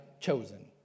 chosen